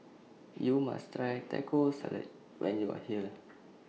YOU must Try Taco Salad when YOU Are here